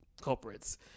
culprits